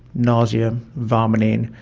nausea, vomiting,